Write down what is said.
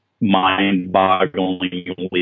mind-bogglingly